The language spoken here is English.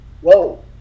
Whoa